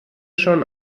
schon